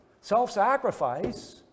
self-sacrifice